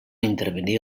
intervenir